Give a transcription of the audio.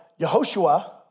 Yehoshua